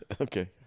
okay